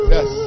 Yes